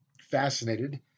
fascinated